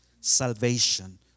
Salvation